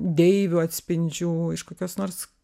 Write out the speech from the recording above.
deivių atspindžių iš kokios nors